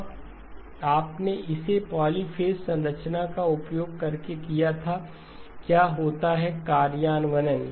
अब आपने इसे पॉलीफ़ेज़ संरचना का उपयोग करके किया था क्या होता कार्यान्वयन